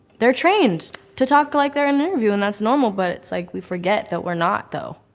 they're trained to talk like they're in an interview and that's normal but it's like we forget that we're not though.